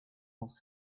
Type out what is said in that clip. dans